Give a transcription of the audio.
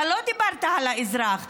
אתה לא דיברת על האזרח,